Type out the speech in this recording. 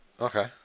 Okay